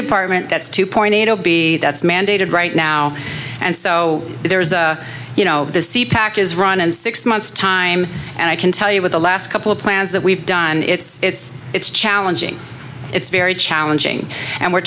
department that's two point eight zero b that's mandated right now and so there is you know the sea pack is run in six months time and i can tell you with the last couple of plans that we've done it's it's challenging it's very challenging and we're